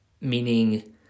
meaning